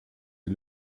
est